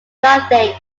nothing